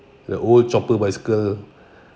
the old chocolate bicycle